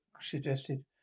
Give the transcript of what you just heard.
suggested